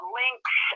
links